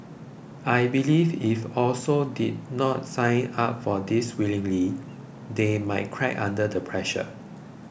I believe if also did not sign up for this willingly they might crack under the pressure